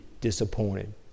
disappointed